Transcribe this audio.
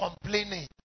complaining